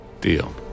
Deal